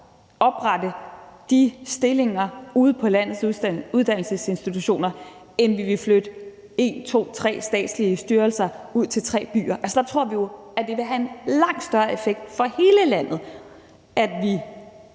oprette de stillinger ude på landets uddannelsesinstitutioner, end vi vil flytte en, to, tre statslige styrelser ud til tre byer. Der tror vi jo, at det vil have en langt større effekt for hele landet, at vi